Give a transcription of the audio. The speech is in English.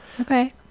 Okay